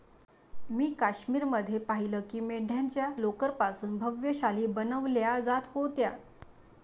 मी काश्मीर मध्ये पाहिलं की मेंढ्यांच्या लोकर पासून भव्य शाली बनवल्या जात होत्या